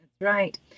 Right